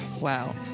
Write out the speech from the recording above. Wow